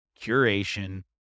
curation